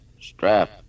Strap